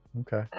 Okay